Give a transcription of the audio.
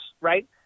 right